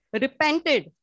repented